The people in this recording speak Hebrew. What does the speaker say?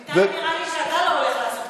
בינתיים, נראה לי שאתה לא הולך לעשות קניות,